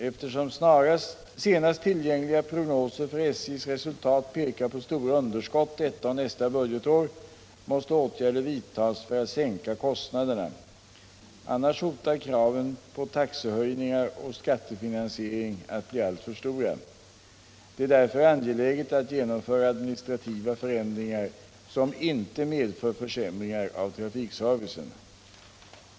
Eftersom senast tillgängliga prognoser för SJ:s resultat pekar på stora underskott detta och nästa budgetår, måste åtgärder vidtas för att sänka kostnaderna. Annars hotar kraven på taxehöjningar och skattefinansiering att bli alltför stora. Det är därför angeläget att genomföra administrativa förändringar som inte leder till försämringar av trafikservicen.